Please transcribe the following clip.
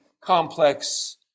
complex